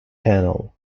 panel